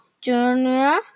Junior